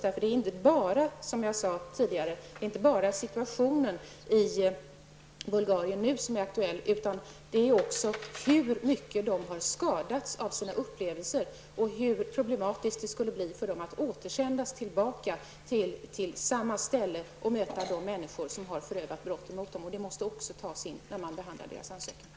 Som jag sade tidigare är det nämligen inte bara den nuvarande situationen i Bulgarien som är aktuell, utan det är också fråga om hur mycket dessa kvinnor har skadats av sina upplevelser och hur problematiskt det skulle bli för dem att återsändas tillbaka till samma ställe och möta de människor som har förövat brott emot dem. Detta måste också tas med när man behandlar deras ansökan.